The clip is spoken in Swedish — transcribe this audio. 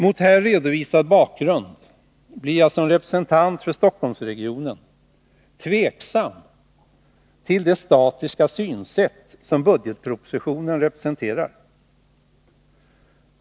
Mot här redovisad bakgrund blir jag som representant för Stockholmsregionen tveksam till det statiska synsätt som budgetpropositionen representerar.